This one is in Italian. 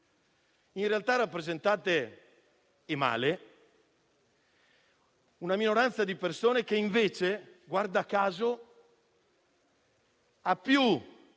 In realtà, rappresentate, male, una minoranza di persone che, invece, guarda caso, ha più